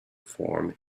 form